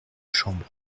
chambre